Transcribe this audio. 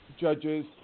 Judges